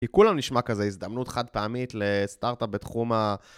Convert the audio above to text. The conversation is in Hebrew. כי כולם נשמע כזה הזדמנות חד פעמית לסטארט-אפ בתחום ה...